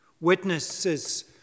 Witnesses